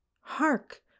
Hark